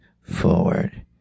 forward